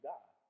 God